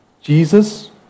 Jesus